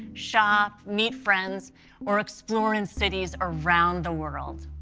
shop, meet friends or explore in cities around the world.